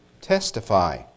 testify